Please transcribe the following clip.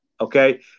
okay